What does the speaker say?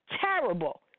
terrible